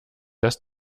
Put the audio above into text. dass